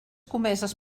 comeses